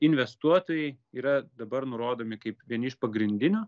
investuotojai yra dabar nurodomi kaip vieni iš pagrindinių